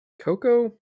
Coco